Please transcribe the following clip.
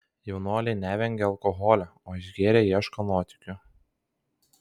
jaunuoliai nevengia alkoholio o išgėrę ieško nuotykių